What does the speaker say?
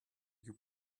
you